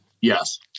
Yes